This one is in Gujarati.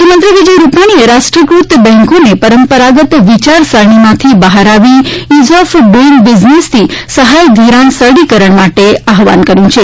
મુખ્યમંત્રી વિજય રૂપાણીએ રાષ્ટ્રીયક્રત બેન્કોને પરંપરાગત વિચારસરણીમાંથી બહાર આવી ઈઝ ઓફ ડૂઇંગ બિઝનેસથી સહાય ધિરાણ સરળીકરણ માટે આહવાન કર્યુ છે